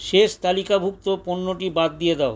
শেষ তালিকাভুক্ত পণ্যটি বাদ দিয়ে দাও